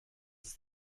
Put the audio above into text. ist